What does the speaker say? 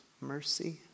mercy